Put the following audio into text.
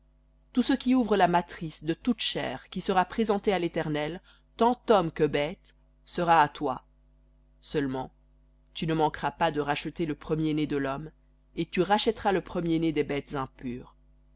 tout ce qui ouvre la matrice de toute chair qui sera présenté à l'éternel tant homme que bête sera à toi seulement tu ne manqueras pas de racheter le premier-né de l'homme et tu rachèteras le premier-né des bêtes impures